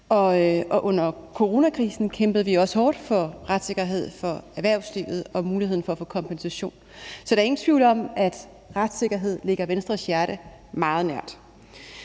og under coronakrisen kæmpede vi også hårdt for retssikkerhed for erhvervslivet og muligheden for at få kompensation. Så der er ingen tvivl om, at retssikkerhed ligger Venstres hjerte meget nær.